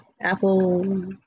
Apple